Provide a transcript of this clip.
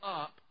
up